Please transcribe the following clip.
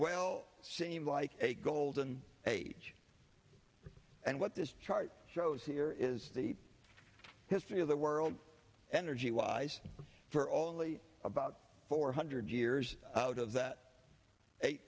well seem like a golden age and what this chart shows here is the history of the world energy wise for all of about four hundred years out of that eight